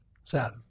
Sad